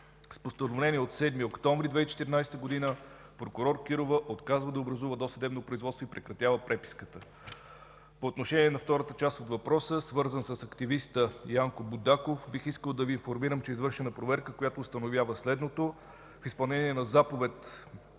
С Постановление от 7 октомври 2014 г. прокурор Кирова отказва да образува досъдебно производство и прекратява преписката. По отношение на втората част от въпроса, свързан с активиста Янко Будаков, бих искал да Ви информирам, че е извършена проверка, която установява следното. В изпълнение на Заповед